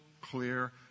clear